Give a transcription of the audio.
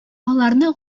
аларны